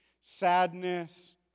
sadness